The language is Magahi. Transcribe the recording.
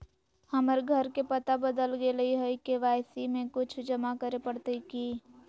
हमर घर के पता बदल गेलई हई, के.वाई.सी में कुछ जमा करे पड़तई की?